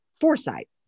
foresight